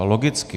A logicky.